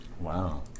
Wow